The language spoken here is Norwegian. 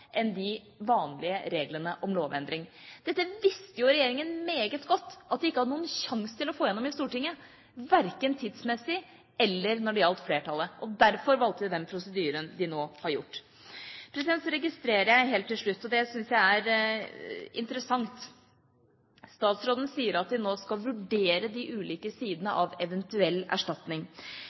enn de vanlige reglene om lovendring. Dette visste regjeringa meget godt, at de ikke hadde noen sjanse til å få det igjennom i Stortinget, verken tidsmessig eller når det gjaldt flertallet. Derfor valgte de den prosedyren de nå har gjort. Så registrerer jeg, og det syns jeg er interessant, at statsråden sier at de nå skal vurdere de ulike sidene av en eventuell erstatning.